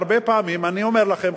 הרבה פעמים אני אומר לכם,